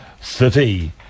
city